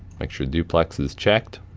make sure duplex is checked,